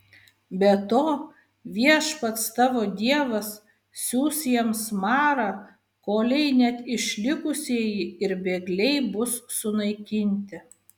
be to viešpats tavo dievas siųs jiems marą kolei net išlikusieji ir bėgliai bus sunaikinti